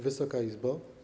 Wysoka Izbo!